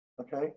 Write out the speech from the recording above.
Okay